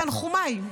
תנחומיי.